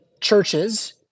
churches